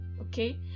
okay